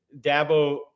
Dabo